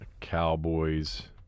Cowboys